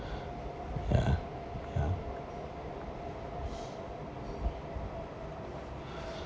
ya ya